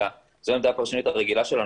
אלא זו העמדה הפרשנית הרגילה שלנו.